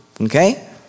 okay